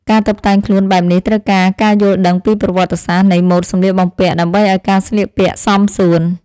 ការតុបតែងខ្លួនបែបនេះត្រូវការការយល់ដឹងពីប្រវត្តិសាស្ត្រនៃម៉ូដសម្លៀកបំពាក់ ដើម្បីឱ្យការស្លៀកពាក់សមសួន។